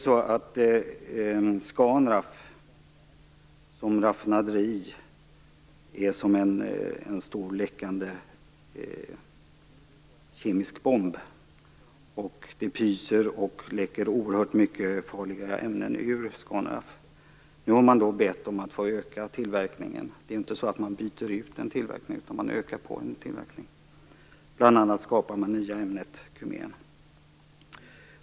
Scanraff är som raffinaderi som en stor läckande kemisk bomb. Det pyser och läcker oerhört många farliga ämnen ur Scanraff. Nu har man bett om att få öka tillverkningen. Det är inte så att man byter ut en tillverkning, utan man ökar på en tillverkning. Man skapar bl.a. det nya ämnet kumen.